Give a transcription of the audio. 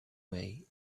way